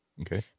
Okay